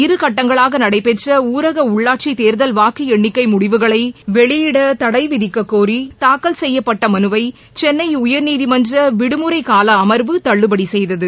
இரு கட்டங்களாக நடைபெற்ற ஊரக உள்ளாட்சி தேர்தல் வாக்கு எண்ணிக்கை முடிவுகளை வெளியிட தடை விதிக்கக்கோரி தாக்கல் செய்யப்பட்ட மனுவை சென்னை உயர்நீதிமன்ற விடுமுறை கால அமர்வு தள்ளுபடி செய்தது